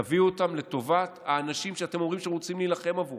תביאו אותם לטובת האנשים שאתם אומרים שאתם רוצים להילחם עבורם.